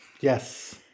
Yes